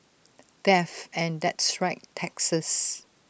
death and that's right taxes